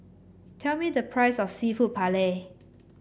tell me the price of seafood Paella